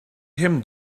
him